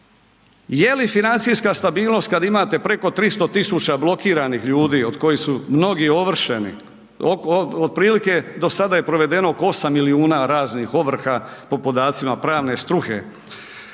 je li financijska stabilnost kad imate preko 300 000 blokiranih ljudi od kojih su mnogi ovršeni, otprilike do sada je provedeno oko 8 milijuna raznih ovrha po podacima pravne struke.